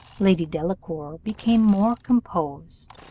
lady delacour became more composed,